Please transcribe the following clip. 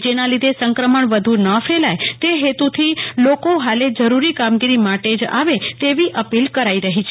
જેના લીધે સંક્રમણ વધુ ન ફેલાય તે હેતુ થીલોકો હાલે જરૂરી કામગીરી માટે જ આવે તેવી અપીલ કરાઈ રહી છે